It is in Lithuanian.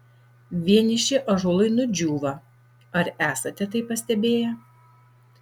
vieniši ąžuolai nudžiūva ar esate tai pastebėję